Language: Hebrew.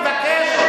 לבקש,